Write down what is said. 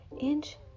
Inch